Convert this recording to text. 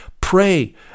pray